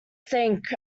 sank